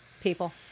people